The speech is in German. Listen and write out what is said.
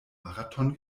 marathon